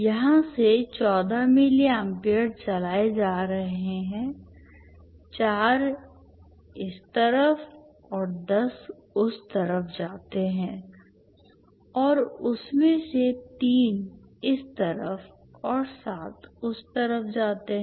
यहां से 14 milliampere चलाए जा रहे हैं 4 इस तरफ और 10 उस तरफ जाते हैं और उसमें से 3 इस तरफ और 7 उस तरफ जाते हैं